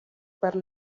per